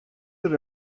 der